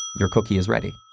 your cookie is ready.